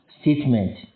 statement